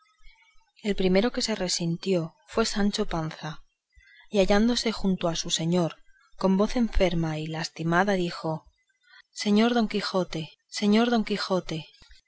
el primero que se resintió fue sancho panza y hallándose junto a su señor con voz enferma y lastimada dijo señor don quijote ah señor don quijote